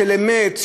של אמת,